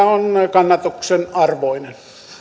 kannatuksen arvoinen